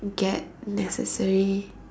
get necessary